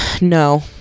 No